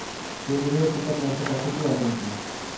सेंद्रिय कीटकनाशका किती वापरूची?